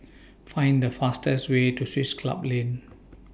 Find The fastest Way to Swiss Club Lane